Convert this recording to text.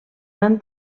van